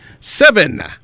Seven